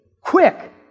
Quick